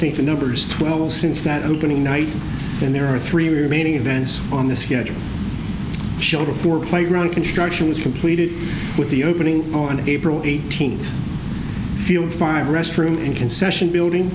think the numbers well since that opening night and there are three main events on the schedule shelter for playground construction was completed with the opening on april eighteenth field five restroom in concession building